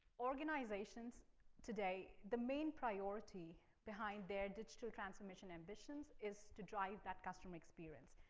organizations today, the main priority behind their digital transformation ambitions is to drive that customer experience.